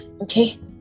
okay